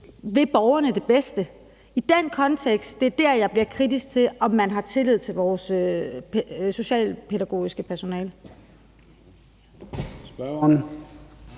vil borgerne det bedste, gør, at jeg i den kontekst bliver kritisk over for, om man har tillid til vores socialpædagogiske personale.